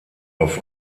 auf